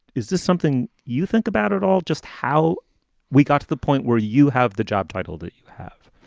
is this something you think about it all? just how we got to the point where you have the job title that you have?